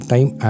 Time